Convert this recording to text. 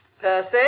Percy